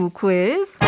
quiz